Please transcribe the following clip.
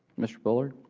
mr. bullard?